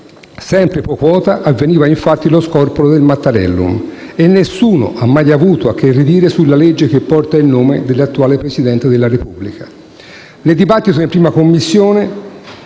sempre *pro quota* avveniva infatti lo scorporo del Mattarellum e nessuno ha mai avuto a che ridire sulla legge che porta il nome dell'attuale Presidente della Repubblica.